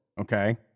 okay